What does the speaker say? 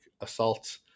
assault